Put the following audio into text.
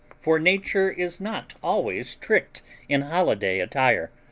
for, nature is not always tricked in holiday attire,